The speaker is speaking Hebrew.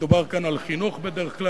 מדובר כאן על חינוך, בדרך כלל.